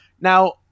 Now